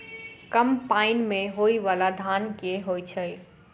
कम पानि मे होइ बाला धान केँ होइ छैय?